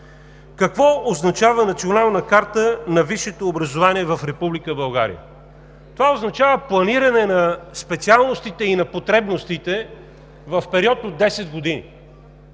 Какво означава Национална карта на висшето образование в Република България? Това означава планиране на специалностите и на потребностите в период от 10 години.